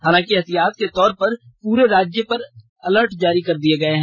हालांकि एहतियात के तौर पर पूरे राज्य स्तर पर अलर्ट जारी कर दिए गए हैं